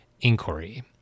inquiry